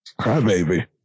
crybaby